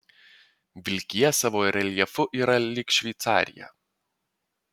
vilkija savo reljefu yra lyg šveicarija